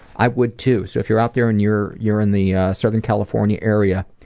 i would too, so if you're out there and you're you're in the southern california area,